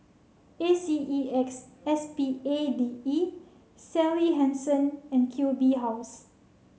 A C E X S P A D E Sally Hansen and Q B House